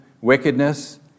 wickedness